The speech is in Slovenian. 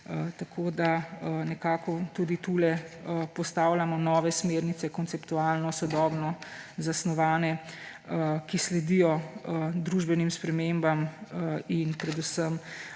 Tako nekako tudi tule postavljamo nove smernice, konceptualno, sodobno zasnovane, ki sledijo družbenim spremembam in predvsem